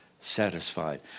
satisfied